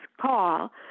call